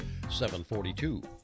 742